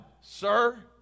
sir